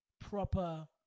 proper